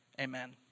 amen